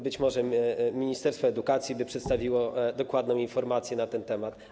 Być może ministerstwo edukacji przedstawiłoby dokładną informację na ten temat.